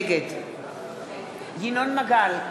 נגד ינון מגל,